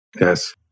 Yes